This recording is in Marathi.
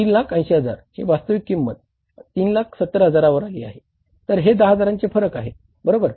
3 लाख 80 हजार हि वास्तविक किंमत 3 लाख 70 हजारांवर आली आहे तर हे 10 हजारांचे फरक आहे बरोबर